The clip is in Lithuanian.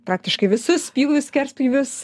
praktiškai visus pjūvius skerspjūvius